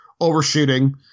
Overshooting